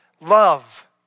love